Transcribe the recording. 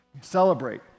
Celebrate